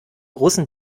russen